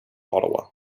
ottawa